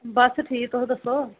बस ठीक तुस दस्सो